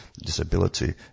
disability